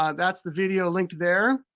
ah that's the video linked there.